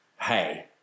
hey